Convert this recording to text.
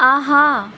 ஆஹா